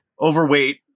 overweight